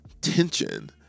tension